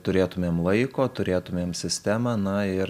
turėtumėm laiko turėtumėm sistemą na ir